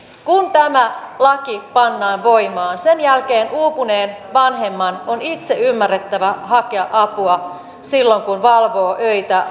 kun tämä laki pannaan voimaan sen jälkeen uupuneen vanhemman on itse ymmärrettävä hakea apua silloin kun valvoo öitä